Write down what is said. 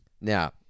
Now